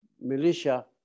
militia